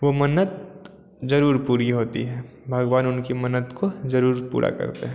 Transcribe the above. वो मन्नत ज़रूर पूरी होती है भगवान उनकी मन्नत को ज़रूर पूरा करते हैं